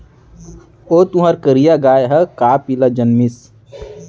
ओ तुंहर करिया गाय ह का पिला जनमिस?